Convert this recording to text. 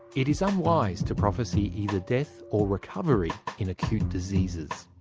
it is unwise to prophecy either death or recovery in acute diseases.